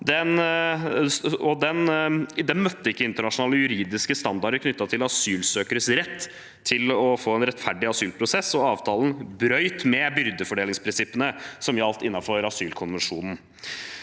ikke møtte internasjonale juridiske standarder knyttet til asylsøkeres rett til å få en rettferdig asylprosess, og avtalen brøt med byrdefordelingsprinsippene som gjaldt innenfor asylkonvensjonen.